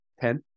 Ten